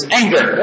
anger